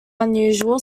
unusual